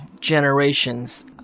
generations